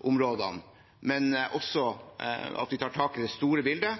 områdene, og at vi også tar tak i det store bildet.